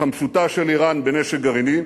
התחמשותה של אירן בנשק גרעיני,